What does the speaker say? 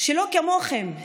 "ושלא כמוכם,